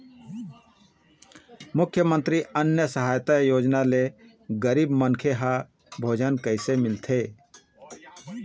मुख्यमंतरी अन्न सहायता योजना ले गरीब मनखे ह भोजन कइसे मिलथे?